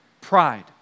pride